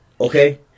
okay